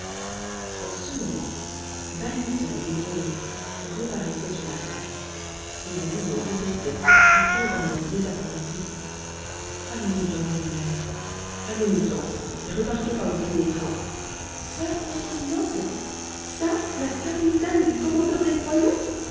en ce moment van mitten et bruno reparaissaient sur la place et bruno répétait du ton d'un homme désappointé allons-nous-en mon maître allons-nous-en et repartons par le premier train ça constantinople ça la capitale du commandeur des croyants